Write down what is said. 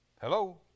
Hello